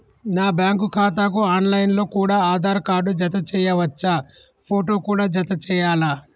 నా బ్యాంకు ఖాతాకు online లో కూడా ఆధార్ కార్డు జత చేయవచ్చా ఫోటో కూడా జత చేయాలా?